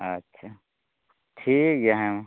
ᱟᱪᱪᱷᱟ ᱴᱷᱤᱠ ᱜᱮᱭᱟ ᱦᱮᱸᱢᱟ